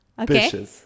okay